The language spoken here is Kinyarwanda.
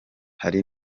hari